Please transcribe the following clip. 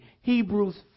Hebrews